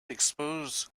expose